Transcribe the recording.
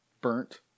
burnt